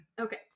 Okay